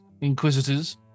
inquisitors